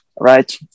right